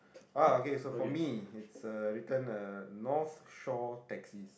ah okay so for me is uh written uh north shore taxis